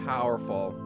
Powerful